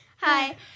Hi